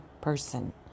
person